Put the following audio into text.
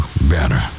better